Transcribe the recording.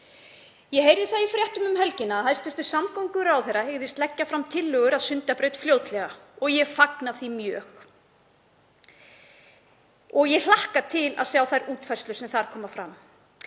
Ég heyrði það í fréttum um helgina að hæstv. samgönguráðherra hygðist leggja fram tillögur að Sundabraut fljótlega og ég fagna því mjög. Ég hlakka til að sjá þær útfærslur sem koma fram.